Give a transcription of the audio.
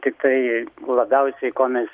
tiktai labiausiai ko mes